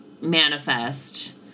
manifest